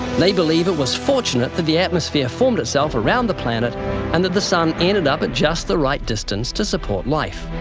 they believe it was fortunate that the atmosphere formed itself around the planet and that the sun ended up at just the right distance to support life.